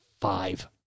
five